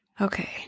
Okay